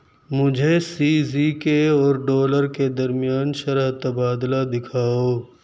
مجھے C Z K اور dollar کے درمیان شرح تبادلہ دکھاؤ